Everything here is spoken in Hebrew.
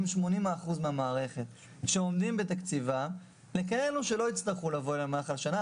80 אחוז מהמערכת - לכאלו שלא יצטרכו לבוא אלינו במהלך השנה,